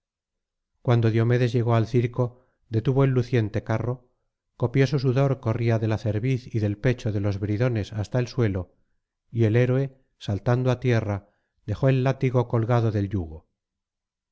cuando diomedes llegó al circo detuvo el luciente carro copioso sudor corría de la cer z y del pecho de los bridones hasta el suelo y el héroe saltando á tierra dejó el látigo colgado del yugo